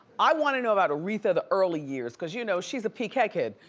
i wanna know about aretha the early years, cause you know she's a pk kid.